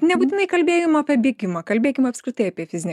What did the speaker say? nebūtinai kalbėjimą apie bėgimą kalbėkim apskritai apie fizinį